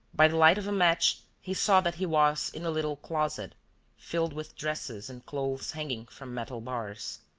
by the light of a match, he saw that he was in a little closet filled with dresses and clothes hanging from metal bars.